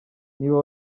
niba